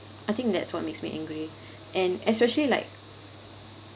I think that's what makes me angry and especially like